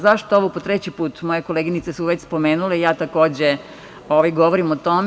Zašto ovo po treći put, moje koleginice su već spomenule, ja takođe govorim o tome?